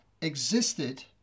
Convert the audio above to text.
existed